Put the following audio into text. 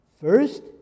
First